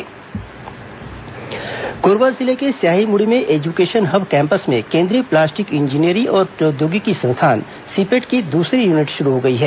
सदानंद गौड़ा कोरबा कोरबा जिले के स्याहीमुड़ी में एजुकेशन हब कैंपस में केंद्रीय प्लास्टिक इंजीनियरी और प्रौद्योगिकी संस्थान सीपेट की दूसरी यूनिट शुरू हो गेई है